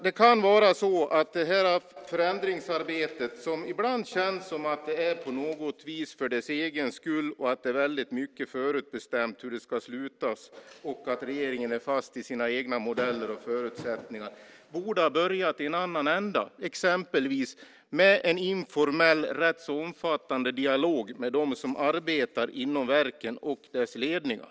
Det känns ibland på något vis som att det förändringsarbetet görs för sin egen skull. Det är väldigt mycket förutbestämt hur det ska sluta. Regeringen är fast vid sina egna modeller och förutsättningar. Det arbetet borde ha börjat i en annan ända, exempelvis med en informell och rätt så omfattande dialog med dem som arbetar inom verken och deras ledningar.